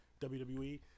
WWE